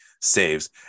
saves